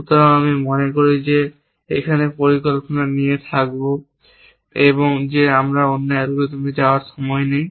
সুতরাং আমি মনে করি আমি এখানে পরিকল্পনা নিয়ে থামব যে আমাদের অন্য অ্যালগরিদমগুলিতে যাওয়ার সময় নেই